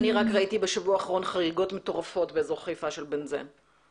אני ראיתי בשבוע האחרון חריגות מטורפות של בנזן באזור חיפה.